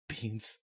beans